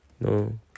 No